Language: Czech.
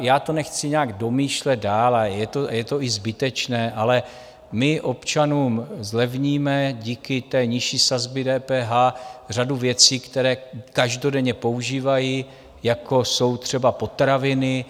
Já to nechci nějak domýšlet dál a je to i zbytečné, ale my občanům zlevníme díky té nižší sazbě DPH řadu věcí, které každodenně používají, jako jsou třeba potraviny.